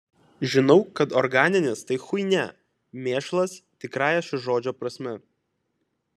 žinau kad organinės tai chuinia mėšlas tikrąja šio žodžio prasme